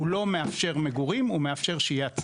הם לא מאפשרים מגורים, הם מאפשרים שהיית צוות.